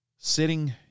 sitting